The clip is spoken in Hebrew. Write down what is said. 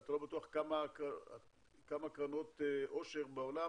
שאתה לא בטוח כמה קרנות עושר בעולם